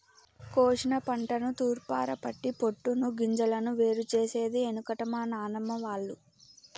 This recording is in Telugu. కోశిన పంటను తూర్పారపట్టి పొట్టును గింజలను వేరు చేసేది ఎనుకట మా నానమ్మ వాళ్లు